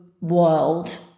world